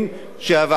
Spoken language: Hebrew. אני מודאג,